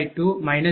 50